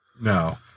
No